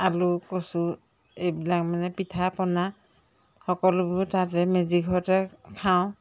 আলু কচু এইবিলাক মানে পিঠাপনা সকলোবোৰ তাতে মেজি ঘৰতে খাওঁ